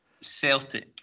Celtic